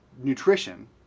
nutrition